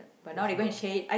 possible